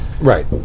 Right